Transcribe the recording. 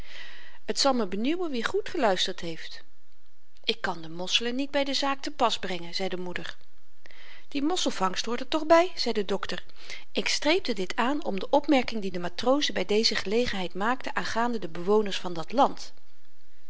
t zal me benieuwen wie goed geluisterd heeft ik kan de mosselen niet by de zaak te pas brengen zei de moeder die mosselvangst hoort er toch by zei de dokter ik streepte dit aan om de opmerking die de matrozen by deze gelegenheid maakten aangaande de bewoners van dat land